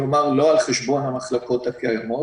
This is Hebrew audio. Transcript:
כלומר, לא על חשבון המחלקות הקיימות.